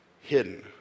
hidden